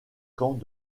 camp